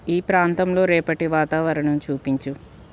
ఈ ప్రాంతంలో రేపటి వాతావరణం చూపించు